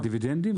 מה, דיבידנדים?